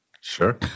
Sure